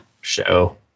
Show